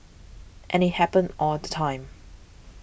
and it happens all the time